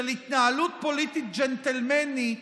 של התנהלות פוליטית ג'נטלמנית,